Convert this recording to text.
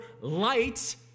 light